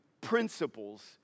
principles